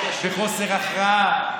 בחוסר הכרעה.